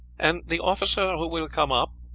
and the officer who will come up,